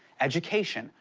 education,